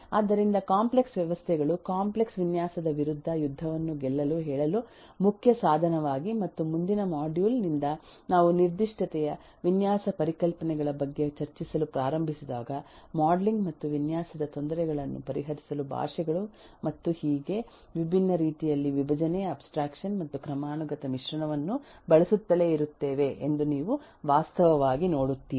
ಆದ್ದರಿಂದ ಕಾಂಪ್ಲೆಕ್ಸ್ ವ್ಯವಸ್ಥೆಗಳು ಕಾಂಪ್ಲೆಕ್ಸ್ ವಿನ್ಯಾಸದ ವಿರುದ್ಧ ಯುದ್ಧವನ್ನು ಗೆಲ್ಲಲು ಹೇಳಲು ಮುಖ್ಯ ಸಾಧನವಾಗಿ ಮತ್ತು ಮುಂದಿನ ಮಾಡ್ಯೂಲ್ ನಿಂದ ನಾವು ನಿರ್ದಿಷ್ಟತೆಯ ವಿನ್ಯಾಸ ಪರಿಕಲ್ಪನೆಗಳ ಬಗ್ಗೆ ಚರ್ಚಿಸಲು ಪ್ರಾರಂಭಿಸಿದಾಗ ಮಾಡೆಲಿಂಗ್ ಮತ್ತು ವಿನ್ಯಾಸದ ತೊಂದರೆಗಳನ್ನು ಪರಿಹರಿಸಲು ಭಾಷೆಗಳು ಮತ್ತು ಹೀಗೆ ವಿಭಿನ್ನ ರೀತಿಯಲ್ಲಿ ವಿಭಜನೆ ಅಬ್ಸ್ಟ್ರಾಕ್ಷನ್ ಮತ್ತು ಕ್ರಮಾನುಗತ ಮಿಶ್ರಣವನ್ನು ಬಳಸುತ್ತಲೇ ಇರುತ್ತೇವೆ ಎಂದು ನೀವು ವಾಸ್ತವವಾಗಿ ನೋಡುತ್ತೀರಿ